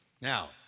Now